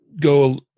go